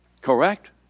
Correct